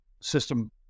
system